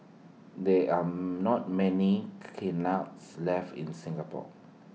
there are not many kilns left in Singapore